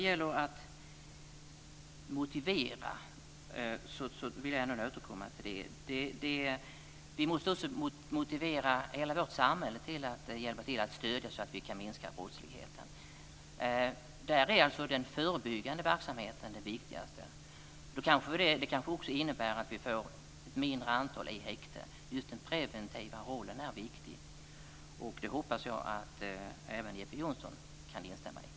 Vi måste också motivera hela vårt samhälle när det gäller stöd för att minska brottsligheten. Där är den förebyggande verksamheten det viktigaste. Det kanske också innebär att vi får ett mindre antal människor i häkte. Just den preventiva rollen är viktig. Det hoppas jag att även Jeppe Johnsson kan instämma i.